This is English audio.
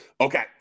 Okay